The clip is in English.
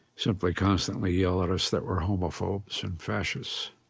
simply constantly yell at us that we're homophobes and fascists